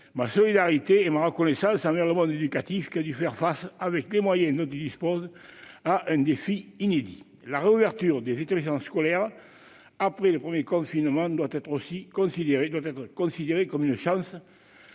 ma solidarité et ma reconnaissance envers le monde éducatif, qui a dû faire face, avec les moyens dont il dispose, à un défi inédit. La réouverture des établissements scolaires après le premier confinement doit aussi être considérée comme une chance, alors